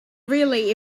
really